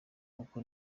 uku